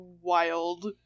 wild